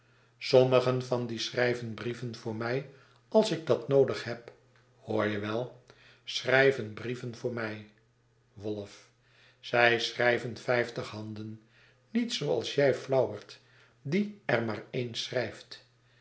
sommigen van die schrijvenbrieven voor mij alsik datnoodig heb hoor je wel schrijven brieven voor mij wolf zij schrijven vijftig handen niet zooals jij flauwert die er maar